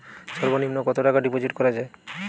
সর্ব নিম্ন কতটাকা ডিপোজিট করা য়ায়?